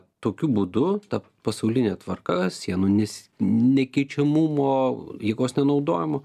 tokiu būdu ta pasaulinė tvarka sienų nes nekeičiamumo jėgos nenaudojimo